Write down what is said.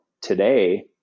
today